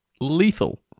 Lethal